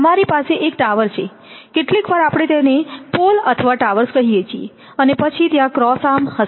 તમારી પાસે એક ટાવર છે કેટલીકવાર આપણે તેને પોલ અથવા ટાવર્સ કહીએ છીએ અને પછી ત્યાં ક્રોસ આમૅસ હશે